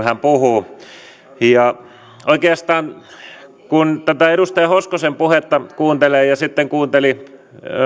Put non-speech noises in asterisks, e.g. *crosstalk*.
*unintelligible* hän puhuu oikeastaan kun edustaja hoskosen puhetta kuuntelee ja sitten kuunteli